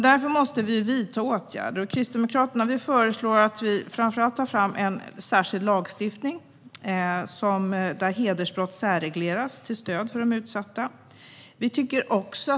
Därför måste åtgärder vidtas. Kristdemokraterna föreslår att en lagstiftning ska tas fram där hedersbrott särregleras till stöd för de utsatta.